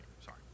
Sorry